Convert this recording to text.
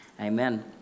Amen